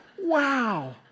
wow